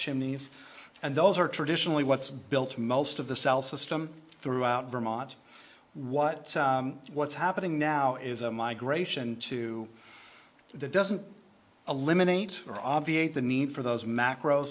chimneys and those are traditionally what's built most of the south system throughout vermont what what's happening now is a migration to that doesn't eliminate obviate the need for those macro